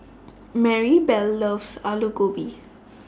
Maribel loves Alu Gobi